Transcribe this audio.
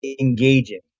engaging